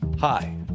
Hi